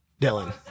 Dylan